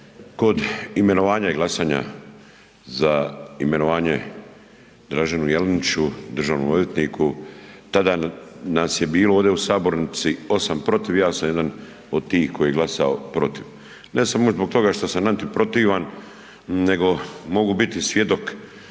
Kod imenovanja i glasanja za imenovanje Draženu Jeleniću državnom odvjetniku tada nas je bilo ovdje u sabornici osam protiv i ja sam jedan od tih koji je glasao protiv. Ne samo zbog toga što sam anti protivan nego mogu biti svjedok